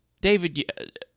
David